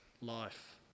life